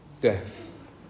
death